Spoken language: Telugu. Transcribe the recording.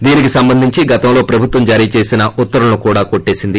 దీనికి సంబంధించి గతంలో ప్రభుత్వం జారీ చేసిన ఉత్తర్వులను కూడా కోట్టివేసింది